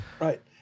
Right